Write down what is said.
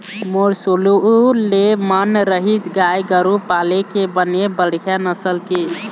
मोर शुरु ले मन रहिस गाय गरु पाले के बने बड़िहा नसल के